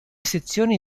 sezioni